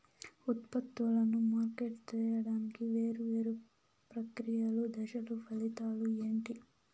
ఉత్పత్తులను మార్కెట్ సేయడానికి వేరువేరు ప్రక్రియలు దశలు ఫలితాలు ఏంటి?